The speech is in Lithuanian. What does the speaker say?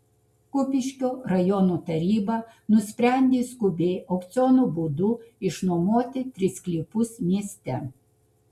kupiškio rajono taryba nusprendė skubiai aukciono būdu išnuomoti tris sklypus mieste